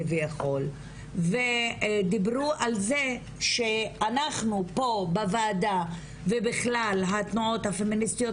כביכול ודיברו על זה שאנחנו פה בוועדה ובכלל התנועות הפמיניסטיות,